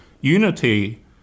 unity